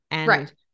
Right